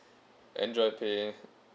android pay